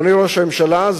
אדוני ראש הממשלה,